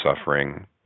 suffering